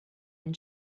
and